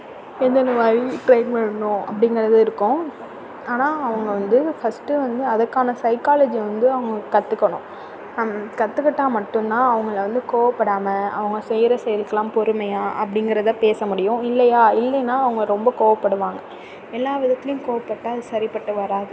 எந்தெந்த மாதிரி ட்ரெய்ன் பண்ணணும் அப்டிங்கிறது இருக்கும் ஆனால் அவங்க வந்து ஃபஸ்ட்டு வந்து அதுக்கான சைக்காலஜியை வந்து அவங்க கற்றுக்கணும் கத்துக்கிட்டால் மட்டும் தான் அவங்களை வந்து கோபப்படாம அவங்க செய்கிற செயலுக்குல்லாம் பொறுமையாக அப்டிங்கிறதை பேச முடியும் இல்லையா இல்லைன்னா அவங்க ரொம்ப கோபப்படுவாங்க எல்லா விதத்துலேயும் கோபப்பட்டா அது சரிப்பட்டு வராது